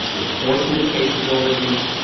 enforcement capabilities,